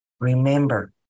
Remember